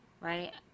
right